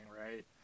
right